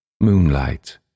moonlight